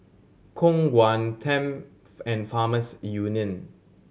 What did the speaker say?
Khong Guan Tempt and Farmers Union